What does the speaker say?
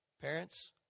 Parents